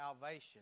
salvation